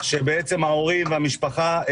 שההורים והמשפחה,